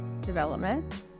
development